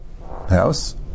house